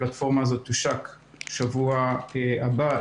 הפלטפורמה הזו תושק בשבוע הבא.